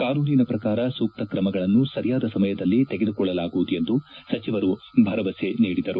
ಕಾನೂನಿನ ಪ್ರಕಾರ ಸೂಕ್ತ ಕ್ರಮಗಳನ್ನು ಸರಿಯಾದ ಸಮಯದಲ್ಲಿ ತೆಗೆದುಕೊಳ್ಳಲಾಗುವುದು ಎಂದು ಸಚಿವರು ಭರವಸೆ ನೀಡಿದರು